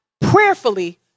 prayerfully